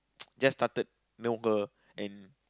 just started know her and